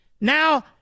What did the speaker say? Now